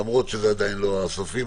למרות שזה עדיין לא סופי.